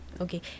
Okay